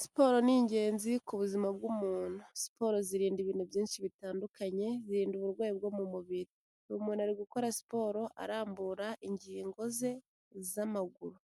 Siporo ni ingenzi ku buzima bw'umuntu. Siporo zirinda ibintu byinshi bitandukanye, zirinda uburwayi bwo mu mubiri. Uyu muntu ari gukora siporo arambura ingingo ze z'amaguru.